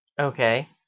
Okay